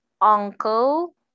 uncle